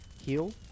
heal